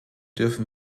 dürfen